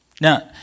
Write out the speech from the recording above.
Now